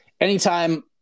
anytime